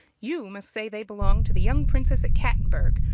you must say they belong to the young princess at cattenburg,